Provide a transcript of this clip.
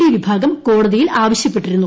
D വിഭാഗം കോടതിയിൽ ആവശ്യപ്പെട്ടിരുന്നു